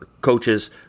coaches